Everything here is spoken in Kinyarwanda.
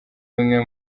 bimwe